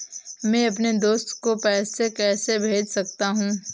मैं अपने दोस्त को पैसे कैसे भेज सकता हूँ?